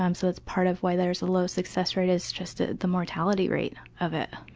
um so it's part of why there's a low success rate, it's just ah the mortality rate of it.